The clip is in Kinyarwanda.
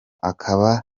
akaba